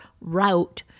route